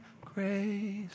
grace